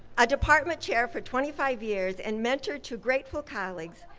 a department chair for twenty five years and mentor to grateful colleagues,